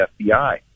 FBI